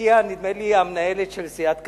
מגיעה נדמה לי המנהלת של סיעת קדימה,